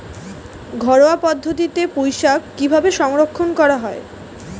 ঘরোয়া পদ্ধতিতে পুই শাক কিভাবে সংরক্ষণ করা হয়?